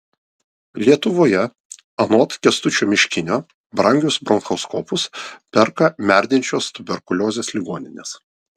lietuvoje anot kęstučio miškinio brangius bronchoskopus perka merdinčios tuberkuliozės ligoninės